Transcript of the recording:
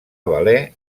valer